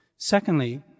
Secondly